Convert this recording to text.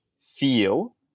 feel